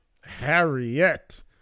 Harriet